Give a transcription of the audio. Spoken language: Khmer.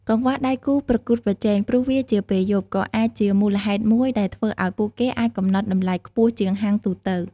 កង្វះដៃគូប្រកួតប្រជែង ព្រោះវាជាពេលយប់ ក៏អាចជាមូលហេតុមួយដែលធ្វើឲ្យពួកគេអាចកំណត់តម្លៃខ្ពស់ជាងហាងទូទៅ។